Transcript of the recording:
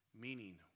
Meaning